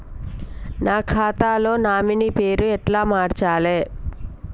నా ఖాతా లో నామినీ పేరు ఎట్ల మార్చాలే?